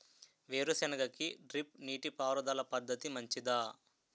వేరుసెనగ కి డ్రిప్ నీటిపారుదల పద్ధతి మంచిదా?